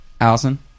Allison